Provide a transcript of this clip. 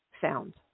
found